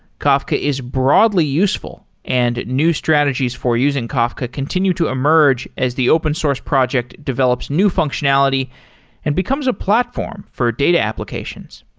kafka is broadly useful and new strategies for using kafka continue to emerge as the open source project develops new functionality and becomes a platform for data applications.